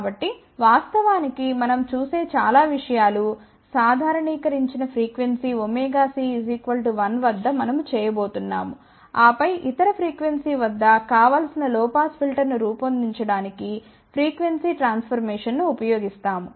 కాబట్టి వాస్తవానికి మనం చూసే చాలా విషయాలు సాధారణీకరించిన ఫ్రీక్వెన్సీ ωc 1 వద్దమనముచేయబోతున్నాము ఆపై ఇతర ఫ్రీక్వెన్సీ వద్ద కావలసిన లొ పాస్ ఫిల్టర్ను రూపొందించడానికి ఫ్రీక్వెన్సీ ట్రాన్ఫర్మేషన్ ను ఉపయోగిస్తాము